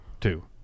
two